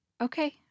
Okay